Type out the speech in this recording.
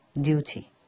duty